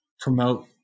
promote